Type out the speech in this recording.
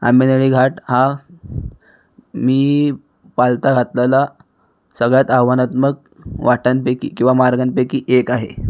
आंबेनळी घाट हा मी पालथा घातलेला सगळ्यांत आव्हानात्मक वाटांपैकी किंवा मार्गांपैकी एक आहे